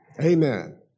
Amen